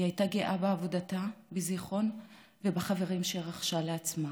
היא הייתה גאה בעבודתה בזיכרון ובחברים שרכשה לעצמה,